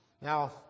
Now